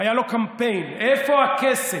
היה לו קמפיין: איפה הכסף?